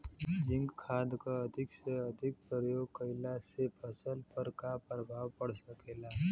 Zinc खाद क अधिक से अधिक प्रयोग कइला से फसल पर का प्रभाव पड़ सकेला?